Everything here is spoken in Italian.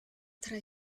tra